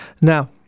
now